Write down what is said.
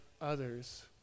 others